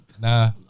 Nah